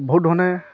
বহুত ধৰণে